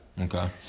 Okay